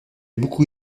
beaucoup